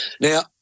Now